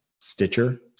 Stitcher